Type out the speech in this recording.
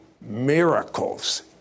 miracles